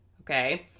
Okay